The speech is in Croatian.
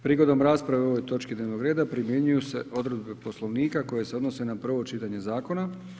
Prigodom rasprave o ovoj točci dnevnog reda, primjenjuju se odredbe Poslovnika koji se odnose na prvo čitanje zakona.